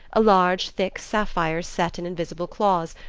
a large thick sapphire set in invisible claws,